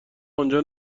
آنجا